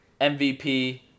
MVP